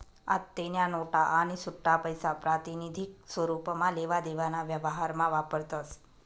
आत्तेन्या नोटा आणि सुट्टापैसा प्रातिनिधिक स्वरुपमा लेवा देवाना व्यवहारमा वापरतस